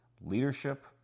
leadership